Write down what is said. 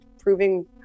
proving